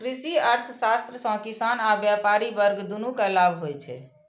कृषि अर्थशास्त्र सं किसान आ व्यापारी वर्ग, दुनू कें लाभ होइ छै